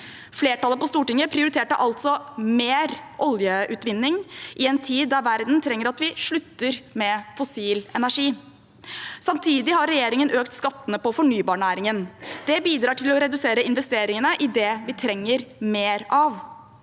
Flertallet på Stortinget prioriterte altså mer oljeutvinning i en tid da verden trenger at vi slutter med fossil energi. Samtidig har regjeringen økt skattene for fornybarnæringen. Det bidrar til å redusere investeringene i det vi trenger mer av.